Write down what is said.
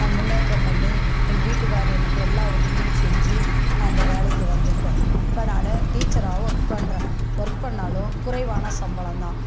நான் முன்னேற்றம் பண்ணி எங்கள் வீட்டுக்காரரு எனக்கு எல்லா உதவியும் செஞ்சு நான் இந்த வேலைக்கு வந்துருக்கேன் இப்போ நான் டீச்சராகவும் ஒர்க் பண்றேன் ஒர்க் பண்ணாலும் குறைவான சம்பளம்தான்